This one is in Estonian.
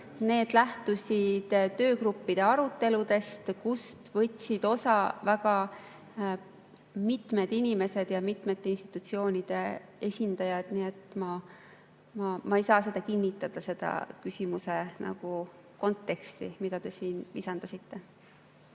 lähtusid töögruppide aruteludest, millest võtsid osa väga mitmed inimesed ja mitmete institutsioonide esindajad. Nii et ma ei saa kinnitada seda küsimuse konteksti, mida te siin visandasite.